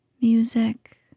Music